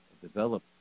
develop